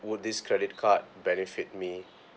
would this credit card benefit me